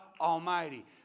Almighty